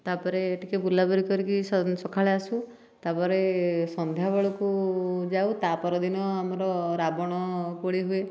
ତାପରେ ଟିକିଏ ବୁଲାବୁଲି କରିକି ସ ସକାଳେ ଆସୁ ତାପରେ ସନ୍ଧ୍ୟାବେଳକୁ ଯାଉ ତା' ପରଦିନ ଆମର ରାବଣ ପୋଡ଼ି ହୁଏ